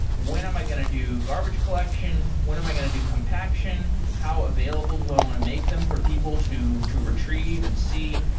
when am i going to do garbage collection? when am i going to do compaction? how available do i want to make them for people to to retrieve and see?